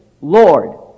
Lord